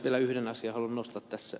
vielä yhden asian haluan nostaa tässä